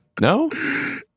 No